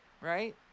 Right